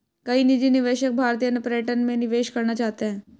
कई निजी निवेशक भारतीय पर्यटन में निवेश करना चाहते हैं